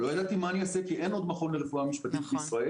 לא ידעתי מה אני אעשה כי אין עוד מכון לרפואה משפטית בישראל.